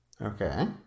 Okay